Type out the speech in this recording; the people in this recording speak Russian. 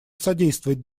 содействовать